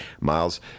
Miles